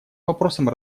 вопросам